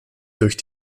durch